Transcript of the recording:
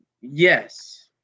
Yes